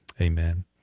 Amen